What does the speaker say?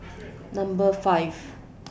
Number five